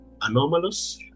anomalous